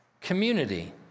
community